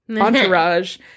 entourage